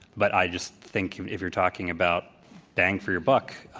but i just think if you're talking about bang for your buck,